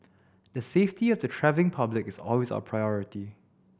the safety of the travelling public is always our priority